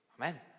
Amen